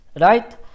Right